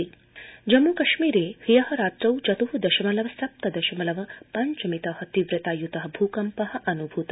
जम्मू कश्मीरम् जम्मू कश्मीरे ह्य रात्रौ चतु दशमलव सप्त दशमलव पञ्च मित तीव्रता युत भूकम्प अनुभूत